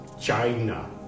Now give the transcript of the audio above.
China